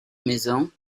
maison